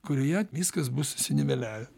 kurioje viskas bus susiniveliavę